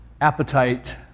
appetite